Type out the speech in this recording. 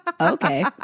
Okay